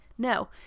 No